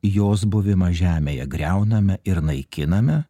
jos buvimą žemėje griauname ir naikiname